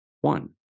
One